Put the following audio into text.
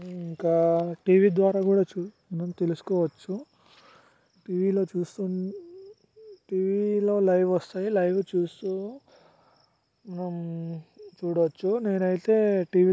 ఇంకా టీవీ ద్వారా కూడా చూ మనం తెలుసుకోవచ్చు టీవీలో చూస్తూ టీవిలో లైవ్ వస్తాయి లైవ్ చూస్తూ మనం చూడచ్చు నేనైతే టీవీలోనే చూస్తుంటాను